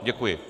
Děkuji.